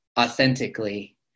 authentically